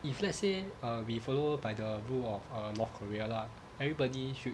if let's say err we follow by the rule of err north korea lah everybody should